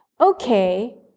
okay